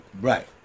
Right